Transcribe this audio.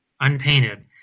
unpainted